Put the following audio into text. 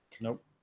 Nope